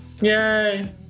Yay